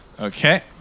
Okay